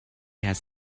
has